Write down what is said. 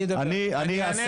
אני אדבר, אני אענה לך על סעיפים.